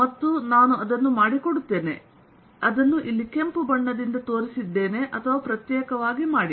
ಮತ್ತು ನಾನು ಅದನ್ನು ಮಾಡಿಕೊಡುತ್ತೇನೆ ಅದನ್ನು ಇಲ್ಲಿ ಕೆಂಪು ಬಣ್ಣದಿಂದ ತೋರಿಸಿದ್ದೇನೆ ಅಥವಾ ಪ್ರತ್ಯೇಕವಾಗಿ ಮಾಡಿ